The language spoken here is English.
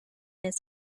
his